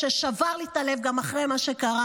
ששבר לי את הלב אחרי מה שקרה,